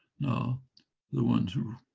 now the ones who